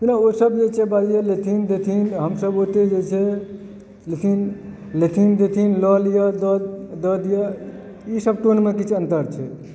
जेना ओ सब जे छै बाजलै लेथिन देथिन हमसब ओते जे छै लेथिन देथिन लऽ लिअऽ दऽ दिअऽ ईसब टोनमे किछ अन्तर छै